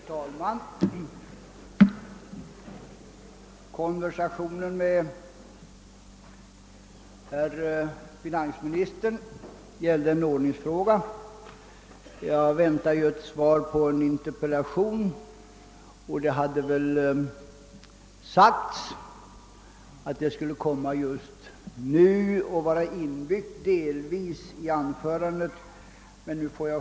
Herr talman! Min konversation med finansministern alldeles nyss gällde en ordningsfråga; jag väntar nämligen svar på en interpellation, och det hade sagts att det skulle lämnas nu och delvis vara inbyggt i finansministerns anförande.